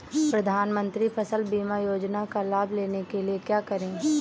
प्रधानमंत्री फसल बीमा योजना का लाभ लेने के लिए क्या करें?